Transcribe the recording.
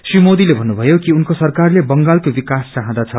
श्री मोदीले भन्नुभयो कि उनको सरकारले बंगालको विकास चाहँदछ